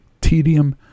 tedium